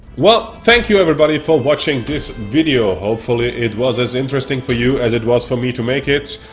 well, thank you everybody for watching this video. hopefully it was as interesting for you, as it was for me to make it.